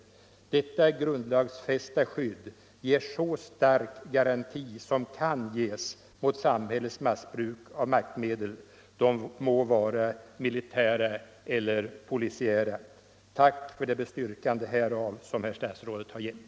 Detta grundlagsfästa skydd ger så stark garanti som kan ges mot samhällets missbruk av maktmedel — det må vara militära eller polisiära. Jag tackar för det bestyrkande härav som herr statsrådet har givit.